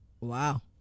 Wow